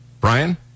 Brian